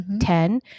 ten